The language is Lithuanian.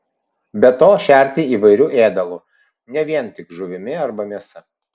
be to šerti įvairiu ėdalu ne vien tik žuvimi arba mėsa